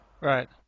Right